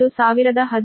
5160